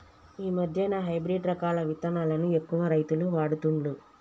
ఈ మధ్యన హైబ్రిడ్ రకాల విత్తనాలను ఎక్కువ రైతులు వాడుతుండ్లు